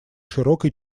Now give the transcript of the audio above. широкой